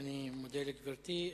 מודה לגברתי.